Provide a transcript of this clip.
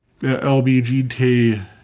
LBGT